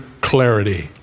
clarity